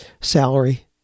salary